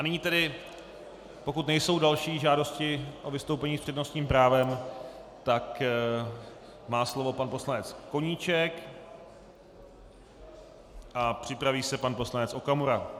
Nyní tedy, pokud nejsou další žádosti o vystoupení s přednostním právem, tak má slovo pan poslanec Koníček a připraví se pan poslanec Okamura.